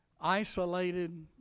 isolated